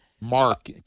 mark